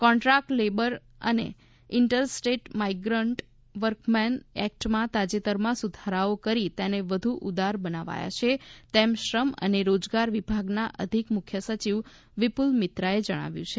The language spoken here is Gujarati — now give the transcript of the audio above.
કોન્ટ્રાક્ટ લેબર અને ઇન્ટર સ્ટેટ માઇગ્રન્ટ વર્કમેન ઍક્ટમાં તાજેતરમાં સુધારાઓ કરી તેને વધુ ઉદાર બનાવાયા છે તેમ શ્રમ અને રોજગાર વિભાગના અધિક મુખ્ય સચિવ વિપુલ મિત્રાએ જણાવ્યું છે